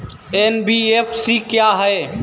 NBFC क्या है?